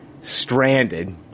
stranded